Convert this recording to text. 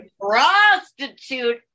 Prostitute